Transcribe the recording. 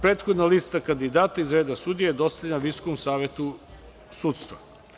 Prethodna lista kandidata iz reda sudija je dostavljena Visokom savetu sudstva.